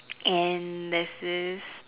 and there's this